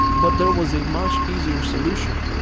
but there was a much easier solution.